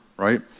Right